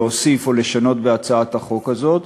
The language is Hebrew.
להוסיף ולשנות בהצעת החוק הזאת,